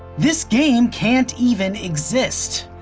this game can't even exist.